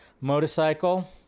motorcycle